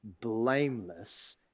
blameless